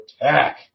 attack